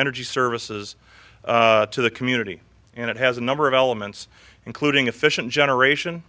energy services to the community and it has a number of elements including efficient generation